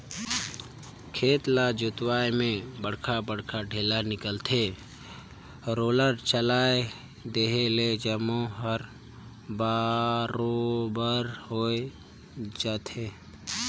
खेत ल जोतवाए में बड़खा बड़खा ढ़ेला निकलथे, रोलर चलाए देहे ले जम्मो हर बरोबर होय जाथे